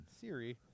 Siri